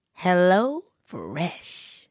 HelloFresh